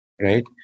right